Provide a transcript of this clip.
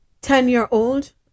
Ten-year-old